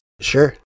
Sure